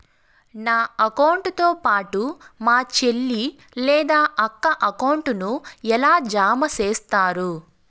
నా అకౌంట్ తో పాటు మా చెల్లి లేదా అక్క అకౌంట్ ను ఎలా జామ సేస్తారు?